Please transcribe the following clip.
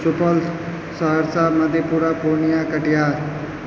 Supaul Saharsa Madhepura Purnia Katihar